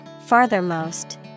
Farthermost